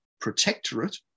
protectorate